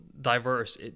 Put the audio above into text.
diverse